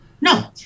No